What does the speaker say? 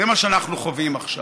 זה מה שאנחנו חווים עכשיו.